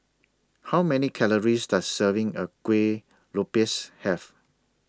How Many Calories Does A Serving of Kuih Lopes Have